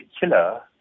killer